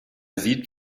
sieht